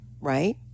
right